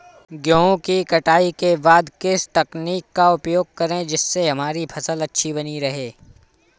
गेहूँ की कटाई के बाद किस तकनीक का उपयोग करें जिससे हमारी फसल अच्छी बनी रहे?